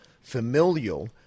familial